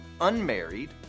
unmarried